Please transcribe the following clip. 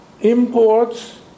imports